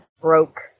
broke